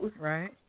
right